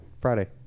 Friday